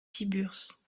tiburce